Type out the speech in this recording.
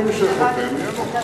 כל מי שחותם, עניינו.